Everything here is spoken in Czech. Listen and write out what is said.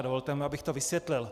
Dovolte mi, abych to vysvětlil.